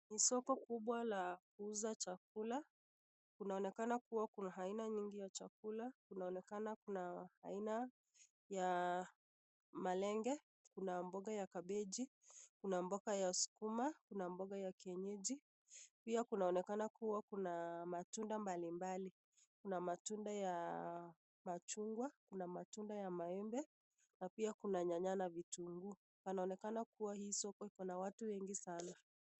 Ni soko kubwa la kuuza chakula. Kunaonekana kuwa kuna aina nyingi ya chakula. Kunaonekana kuna aina ya malenge, kuna mboga ya kabeji, kuna mboga ya sukuma, kuna mboga ya kienyeji. Pia kunaonekana kuwa kuna matunda mbalimbali, kuna matunda ya machungwa, kuna matunda ya maembe na pia kuna nyanya na vitunguu. Panaonekana kuwa hii soko iko na watu wengi sana.